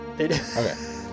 Okay